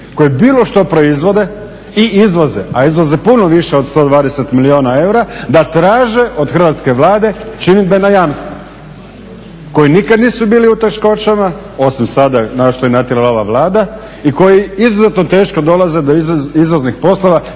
koje bilo što proizvode i izvoze, a izvoze puno više od 120 milijuna eura, da traže od Hrvatske Vlade činidbena jamstva koji nikad nisu bili u teškoćama, osim sada na što ih je natjerala ova Vlada, i koji izuzetno teško dolaze do izvoznih poslova